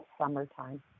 summertime